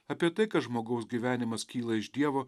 apie tai kad žmogaus gyvenimas kyla iš dievo